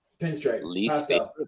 pinstripe